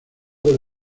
del